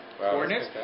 coordinates